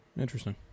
Interesting